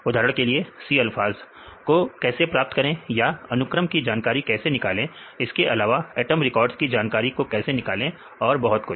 उदाहरण के लिए C अल्फाज को कैसे प्राप्त करें या अनुक्रम की जानकारी कैसे निकाले इसके अलावा एटम रिकॉर्ड्स की जानकारी को कैसे निकालें और बहुत कुछ